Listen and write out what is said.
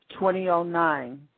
2009